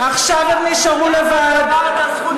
עכשיו הם נשארו לבד, למה שמרת על זכות שתיקה?